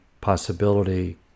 possibility